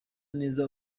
neza